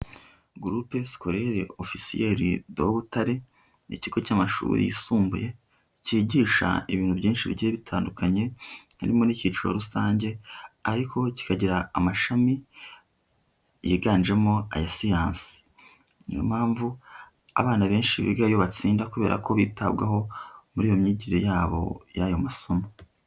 Groupe Scolaire Official de Butare, ni ikigo cy'amashuri yisumbuye kigisha ibintu byinshi bigiye bitandukanye, harimo n'icyiciro rusange ariko kikagira amashami yiganjemo aya siyansi, niyo mpamvu abana benshi bigayo batsinda kubera ko bitabwaho muri iyo myigire yabo y'ayo masomo.